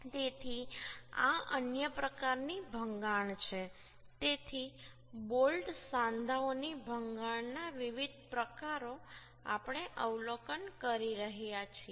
તેથી આ અન્ય પ્રકારની ભંગાણ છે તેથી બોલ્ટ સાંધાઓની ભંગાણ ના વિવિધ પ્રકારો આપણે અવલોકન કરી રહ્યા છીએ